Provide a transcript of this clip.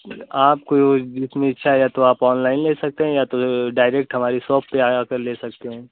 आपको बिलकुल इच्छा या तो आप तो अनलाइन ले सकते है या तो डायरेक्ट हमारी शॉप पर आकर ले सकते हैं